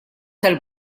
tal